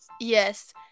Yes